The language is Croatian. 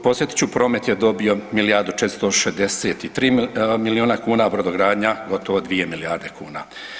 Podsjetit ću promet je dobio milijardu i 463 milijuna kuna, brodogradnja gotovo 2 milijarde kuna.